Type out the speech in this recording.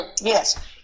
Yes